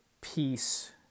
peace